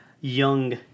young